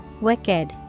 Wicked